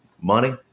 money